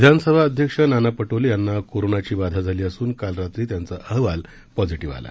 विधानसभा अध्यक्ष नाना पटोले यांना कोरोनाची बाधा झाली असून काल रात्री त्यांचा अहवाल पॉजिटीव्ह आला